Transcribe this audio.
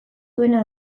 duena